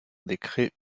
décret